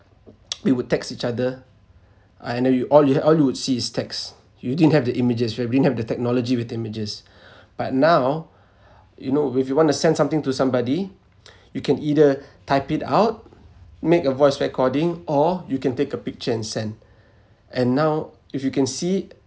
we would text each other and you all all you would see is text you didn't have the images right you didn't have the technology with images but now you know if you want to send something to somebody you can either type it out make a voice recording or you can take a picture and send and now if you can see